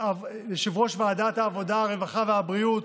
הרווחה והבריאות